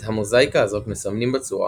את המוזאיקה הזאת מסמנים בצורה